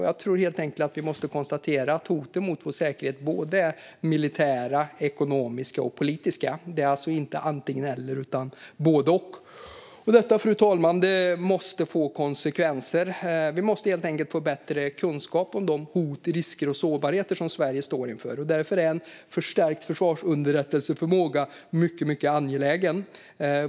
Jag tror helt enkelt att vi måste konstatera att hoten mot vår säkerhet är både militära, ekonomiska och politiska. Det är alltså inte antingen eller utan både och. Detta, fru talman, måste få konsekvenser. Vi måste få bättre kunskap om de hot, risker och sårbarheter som Sverige står inför. Därför är en förstärkt försvarsunderrättelseförmåga mycket angelägen.